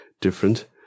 different